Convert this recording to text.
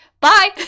Bye